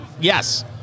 Yes